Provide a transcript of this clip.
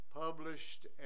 published